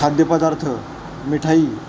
खाद्यपदार्थ मिठाई